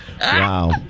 Wow